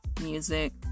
music